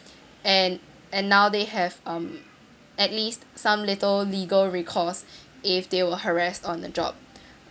and and now they have um at least some little legal recourse if they were harassed on a job